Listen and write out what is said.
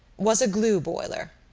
was a glue-boiler.